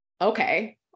okay